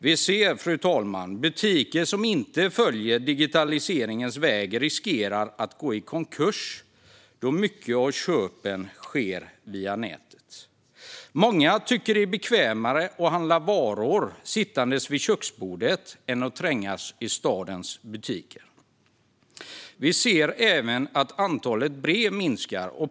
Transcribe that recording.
Vi ser, fru talman, att butiker som inte följer digitaliseringens väg riskerar att gå i konkurs eftersom mycket av köpen sker via nätet. Många tycker att det är bekvämare att handla varor sittande vid köksbordet än att trängas i stadens butiker. Vi ser även att antalet brev minskar.